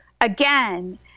again